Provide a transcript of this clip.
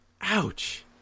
ouch